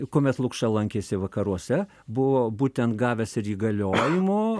kuomet lukša lankėsi vakaruose buvo būtent gavęs ir įgaliojimo